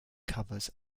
covers